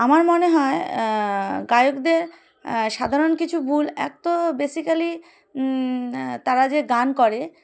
আমার মনে হয় গায়কদের সাধারণ কিছু ভুল এক তো বেসিক্যালি তারা যে গান করে